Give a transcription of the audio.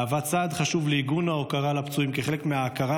מהווה צעד חשוב לעיגון ההוקרה לפצועים כחלק מההכרה